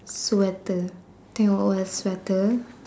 sweater think I would wear a sweater